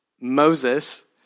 Moses